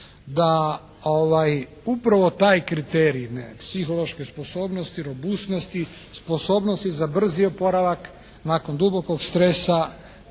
da upravo taj kriterij psihološke sposobnosti, robusnosti, sposobnosti za brzi oporavak nakon dubokog stresa